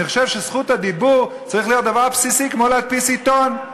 אני חושב שזכות הדיבור צריכה להיות דבר בסיסי כמו להדפיס עיתון,